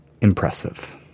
impressive